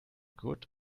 good